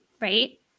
right